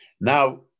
now